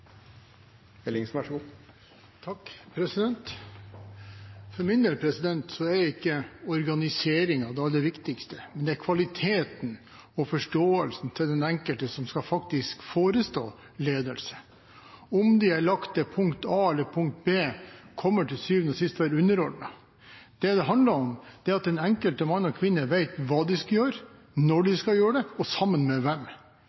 ikke organiseringen det viktigste, men kvaliteten og forståelsen hos den enkelte som skal forestå ledelse. Om det er lagt til punkt a eller punkt b, kommer til syvende og sist til å være underordnet. Det det handler om, er at den enkelte mann og kvinne vet hva de skal gjøre, når de skal gjøre det, og sammen med hvem.